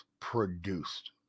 produced